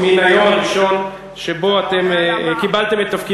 מן היום הראשון שבו אתם קיבלתם